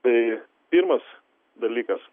tai pirmas dalykas